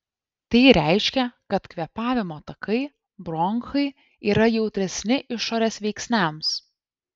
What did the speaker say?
tai reiškia kad kvėpavimo takai bronchai yra jautresni išorės veiksniams